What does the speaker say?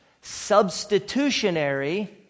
substitutionary